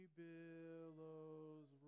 billows